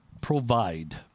provide